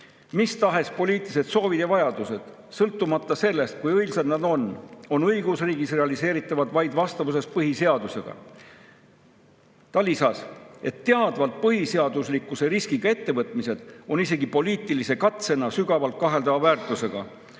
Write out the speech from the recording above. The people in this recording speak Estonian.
"Mis tahes poliitilised soovid ja vajadused, sõltumata sellest, kui õilsad nad on, on õigusriigis realiseeritavad vaid vastavuses põhiseadusega." Ta lisas, et teadvalt põhiseaduslikkuse [riivamise] riskiga ettevõtmised on isegi poliitilise katsena sügavalt kaheldava väärtusega,